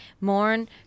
Mourn